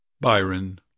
Byron